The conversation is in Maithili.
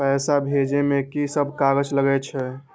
पैसा भेजे में की सब कागज लगे छै?